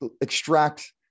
extract